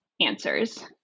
answers